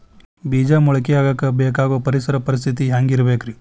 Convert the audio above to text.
ಬೇಜ ಮೊಳಕೆಯಾಗಕ ಬೇಕಾಗೋ ಪರಿಸರ ಪರಿಸ್ಥಿತಿ ಹ್ಯಾಂಗಿರಬೇಕರೇ?